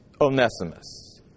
Onesimus